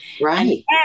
Right